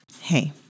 Hey